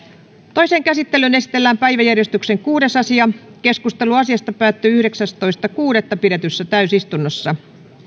toiseen käsittelyyn esitellään päiväjärjestyksen kuudes asia keskustelu asiasta päättyi yhdeksästoista kuudetta kaksituhattakahdeksantoista pidetyssä täysistunnossa